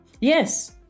Yes